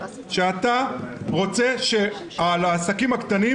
שאתה רוצה שיהיה שיפוי מלא על העסקים הקטנים,